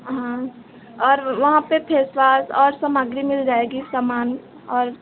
हाँ और वहाँ पर फेसवॉश और सामग्री मिल जाएगी सामान और